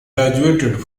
graduated